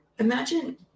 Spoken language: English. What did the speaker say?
Imagine